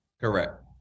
Correct